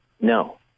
No